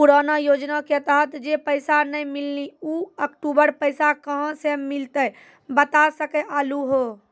पुराना योजना के तहत जे पैसा नै मिलनी ऊ अक्टूबर पैसा कहां से मिलते बता सके आलू हो?